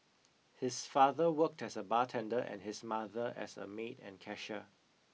his father worked as a bartender and his mother as a maid and cashier